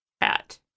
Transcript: hat